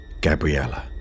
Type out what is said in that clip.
Gabriella